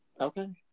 Okay